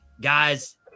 guys